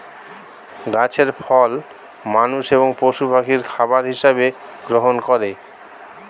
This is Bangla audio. গাছের ফল মানুষ এবং পশু পাখি খাবার হিসাবে গ্রহণ করে